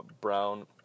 Brown